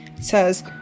says